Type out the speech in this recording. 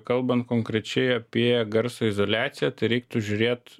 kalbant konkrečiai apie garso izoliaciją tai reiktų žiūrėt